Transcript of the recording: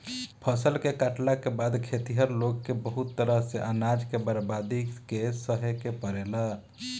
फसल के काटला के बाद खेतिहर लोग के बहुत तरह से अनाज के बर्बादी के सहे के पड़ेला